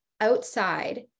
outside